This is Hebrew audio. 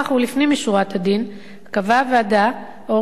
קבעה הוועדה ארכה של שמונה חודשים בלבד,